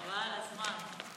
חבל על הזמן.